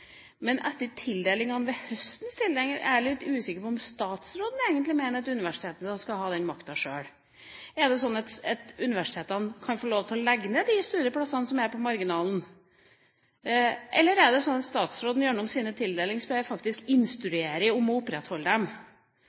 Men etter høstens tildelinger er jeg litt usikker på om statsråden egentlig mener at universitetene skal ha den makta sjøl. Er det sånn at universitetene kan få lov til å legge ned de studieplassene som er på marginalen, eller er det sånn at statsråden gjennom sine tildelingsbrev faktisk instruerer om å opprettholde dem?